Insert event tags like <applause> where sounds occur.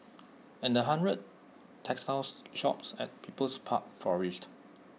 and the hundred textile <noise> shops at people's park flourished